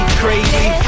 crazy